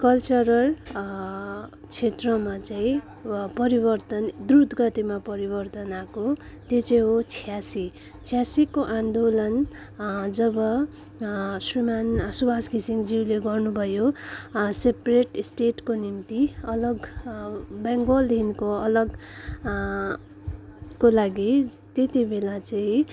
cultural क्षेत्रमा चाहिँ वा परिवर्तन द्रुत गतिमा परिवर्तन आएको त्यो चाहिँ हो छयासी छयासीको आन्दोलन जब श्रीमान् सुभाष घिसिङज्यूले गर्नु भयो सेप्रेट स्टेटको निम्ति अलग बेङ्गोलदेखिको अलग को लागि त्यति बेला चाहिँ